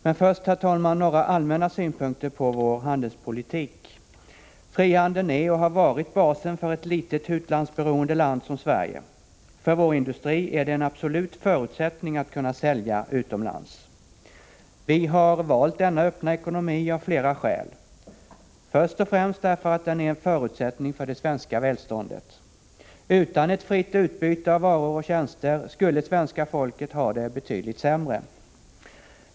Men först, herr talman, några allmänna synpunkter på vår handelspolitik: Frihandeln är och har varit basen för ett litet utlandsberoende land som Sverige. För vår industri är det en absolut förutsättning att kunna sälja utomlands. Vi har valt denna öppna ekonomi av flera skäl — först och främst därför att den är en förutsättning för det svenska välståndet. Utan ett fritt utbyte av varor och tjänster skulle svenska folket ha det betydligt sämre.